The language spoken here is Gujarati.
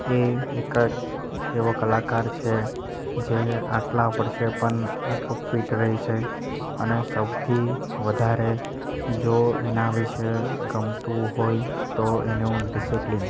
એ એક જ એવો કલાકાર છે જે આટલા વર્ષે પણ આટલું ફિટ રહે છે અને સૌથી વધારે જો એના વિશે ગમતું હોય તો એનું ડિસિપ્લિન